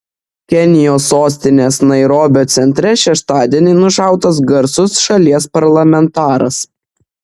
kenijos sostinės nairobio centre šeštadienį nušautas garsus šalies parlamentaras